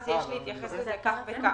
אז יש להתייחס לזה כך וכך.